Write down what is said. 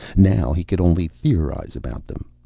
now he could only theorize about them.